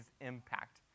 impact